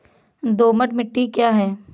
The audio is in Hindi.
दोमट मिट्टी क्या है?